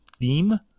theme